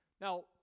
Now